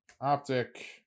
Optic